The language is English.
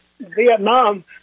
Vietnam